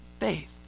Faith